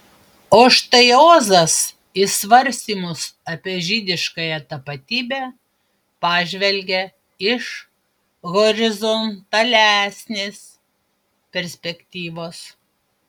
o štai ozas į svarstymus apie žydiškąją tapatybę pažvelgia iš horizontalesnės perspektyvos